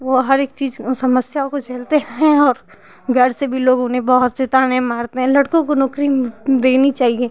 वो हर एक चीज समस्याओं को झेलते हैं और घर से भी लोग उन्हें बहुत से ताने मारते हैं लड़कों को नौकरी देनी चाहिए